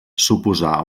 suposà